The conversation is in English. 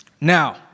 Now